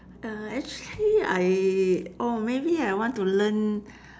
uh actually I orh maybe I want to learn